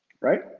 right